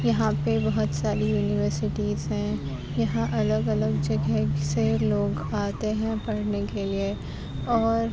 یہاں پہ بہت ساری یونیورسٹیز ہیں یہاں الگ الگ جگہ سے لوگ آتے ہیں پڑھنے کے لیے اور